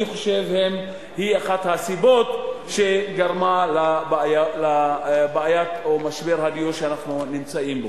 אני חושב שזו אחת הסיבות שגרמה לבעיה או למשבר הדיור שאנחנו נמצאים בו.